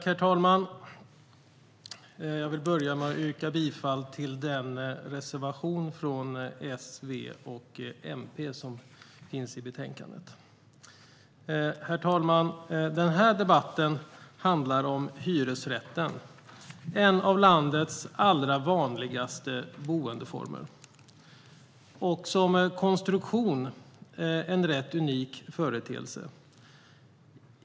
Herr talman! Jag vill börja med att yrka bifall till den reservation från S, V och MP som finns i betänkandet. Herr talman! Den här debatten handlar om hyresrätten. Det är en av landets allra vanligaste boendeformer och som konstruktion en rätt unik företeelse.